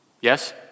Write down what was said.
Yes